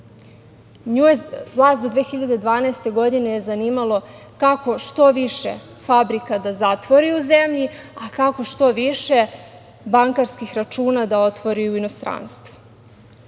Vlast do 2012. godine je zanimalo kako što više fabrika da zatvori u zemlji, a kako što više bankarskih računa da otvori u inostranstvu.